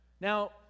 Now